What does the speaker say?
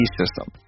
system